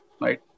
right